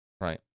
Right